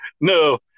No